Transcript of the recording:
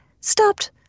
stopped